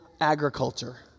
agriculture